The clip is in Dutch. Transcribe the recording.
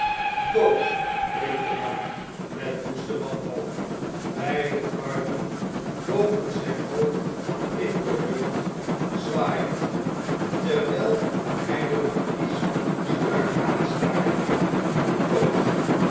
dood riep de man met woeste wanhoop beide armen boven zijn hoofd in de iucht zwaaiende terwn'l hij den markies strak aanstaarde dood